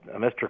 Mr